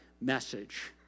message